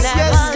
yes